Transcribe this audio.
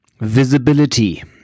visibility